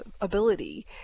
ability